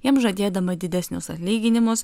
jiem žadėdama didesnius atlyginimus